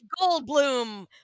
Goldblum